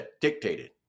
dictated